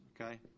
okay